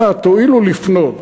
אנא אנא, תואילו לפנות.